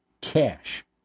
cash